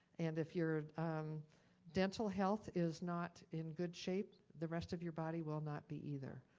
and if your dental health is not in good shape, the rest of your body will not be either.